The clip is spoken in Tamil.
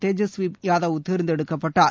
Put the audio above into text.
தேஜஸ்வி யாதவ் தேர்ந்தெடுக்கப்பட்டார்